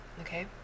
Okay